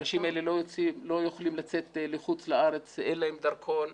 האנשים האלה לא יכולים לצאת לחו"ל, אין להם דרכון,